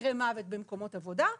מקרי מוות במקומות עבודה,